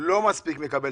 לוותר.